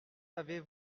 avez